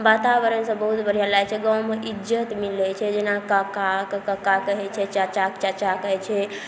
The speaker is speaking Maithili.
वातावरणसब बहुत बढ़िआँ लागै छै गाँवमे इज्जत मिलै छै जेना काकाके कक्का कहै छै चाचाके चाचा कहै छै